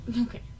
Okay